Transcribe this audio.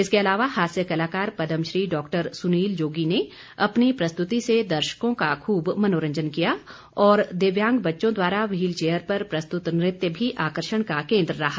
इसके अलावा हास्य कलाकार पद्मश्री डॉ सुनील जोगी ने अपनी प्रस्तुती से दर्शकों का खूब मनोरंजन किया और दिव्यांग बच्चों द्वारा व्हील चेयर पर प्रस्तुत नृत्य भी आकर्षण का केंद्र रहा